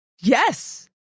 Yes